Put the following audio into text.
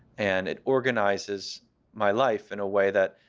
and it organizes my life in a way that,